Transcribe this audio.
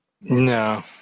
No